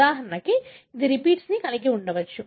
ఉదాహరణకు ఇది రిపీట్స్ కలిగి ఉండవచ్చు